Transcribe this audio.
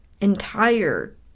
entire